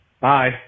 Bye